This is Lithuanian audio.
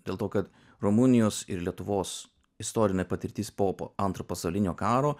dėl to kad rumunijos ir lietuvos istorinė patirtis po po antro pasaulinio karo